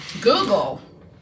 Google